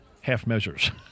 Half-Measures